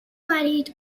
marí